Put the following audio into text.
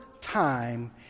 time